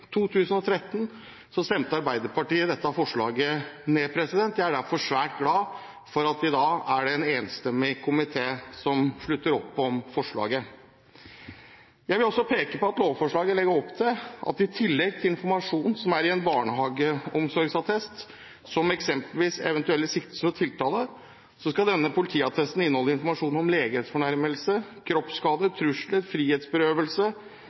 2013 stemte Arbeiderpartiet dette forslaget ned. Jeg er derfor svært glad for at det i dag er en enstemmig komité som slutter opp om forslaget. Jeg vil også peke på at lovforslaget legger opp til at i tillegg til informasjon som er i en barnehageomsorgsattest, som eksempelvis en eventuell siktelse eller tiltale, skal denne politiattesten inneholde informasjon om legemsfornærmelse, kroppsskader, trusler, frihetsberøvelse,